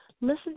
listen